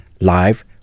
live